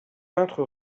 peintre